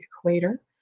equator